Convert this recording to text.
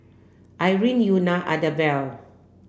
Irene Euna Idabelle